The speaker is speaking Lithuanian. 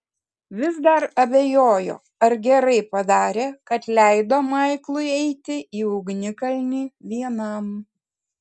vis dar abejojo ar gerai padarė kad leido maiklui eiti į ugnikalnį vienam